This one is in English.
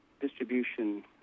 distribution